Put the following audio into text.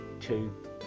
two